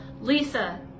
Lisa